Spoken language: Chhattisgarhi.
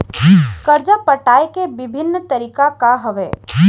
करजा पटाए के विभिन्न तरीका का हवे?